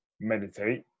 meditate